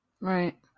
Right